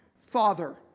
Father